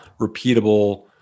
repeatable